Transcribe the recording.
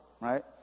right